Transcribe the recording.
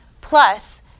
plus